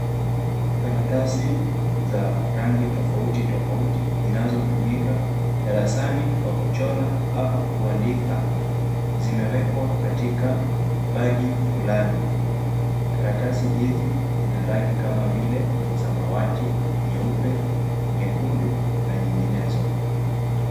Karatasi za rangi tofauti tofauti zinazotumika darasani kwa kuchora ama kuandika zimewekwa katika bag fulani. Karatasi hizi zina rangi kama vile samawati, nyeupe, nyekundu na nyinginezo.